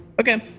Okay